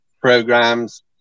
programs